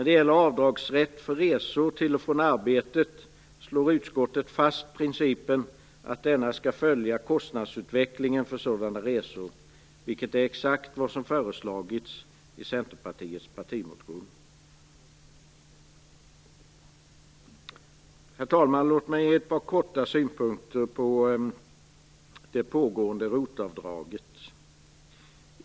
Beträffande avdragsrätt för resor till och från arbetet slår utskottet fast principen att denna skall följa kostnadsutvecklingen för sådana resor, vilket är exakt vad som föreslagits i Centerpartiets partimotion. Herr talman! Låt mig slutligen ge ett par synpunkter på det gällande ROT-avdraget.